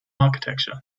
architecture